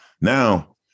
now